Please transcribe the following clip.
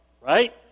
Right